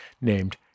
named